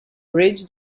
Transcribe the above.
bridge